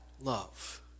love